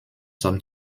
some